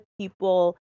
people